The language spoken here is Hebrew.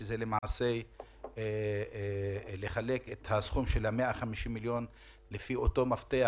שזה למעשה לחלק את הסכום של ה-150 מיליון לפי אותו מפתח